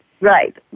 Right